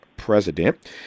president